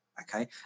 okay